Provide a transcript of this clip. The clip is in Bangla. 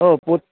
ও